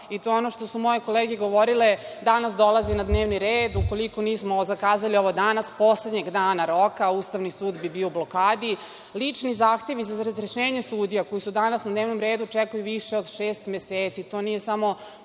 to je ono što su moje kolege govorile, danas dolazi na dnevni red. Ukoliko nismo zakazali ovo danas poslednjeg dana roka, Ustavni sud bi bio u blokadi. Lični zahtevi za razrešenje sudija, koji su danas na dnevnom redu, čekaju više od šest meseci.